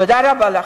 תודה רבה לכם.